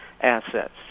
assets